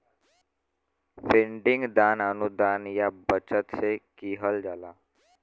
funding दान, अनुदान या बचत से किहल जाला